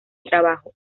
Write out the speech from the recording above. trabajo